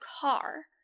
car